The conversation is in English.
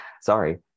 Sorry